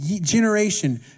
generation